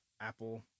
Apple